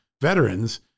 veterans